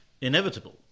inevitable